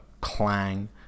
clang